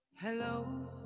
Hello